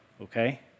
okay